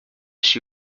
she